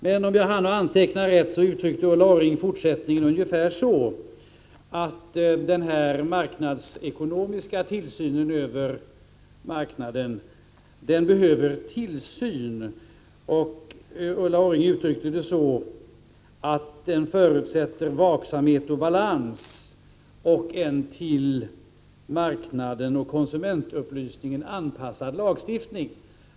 Men om jag hann anteckna rätt, sade Ulla Orring i fortsättningen ungefär att den marknadsekonomiska regleringen av marknaden behöver tillsyn. Ulla Orring uttryckte det så att den förutsätter vaksamhet och balans och en till marknaden och konsumentupplysningen anpassad lagstiftning.